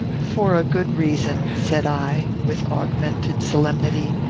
for a good reason, said i, with augmented solemnity,